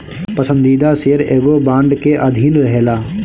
पसंदीदा शेयर एगो बांड के अधीन रहेला